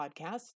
podcast